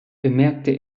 bemerkte